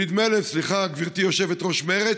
סליחה, גברתי יושבת-ראש מרצ.